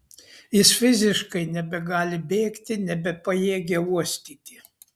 jis fiziškai nebegali bėgti nebepajėgia uostyti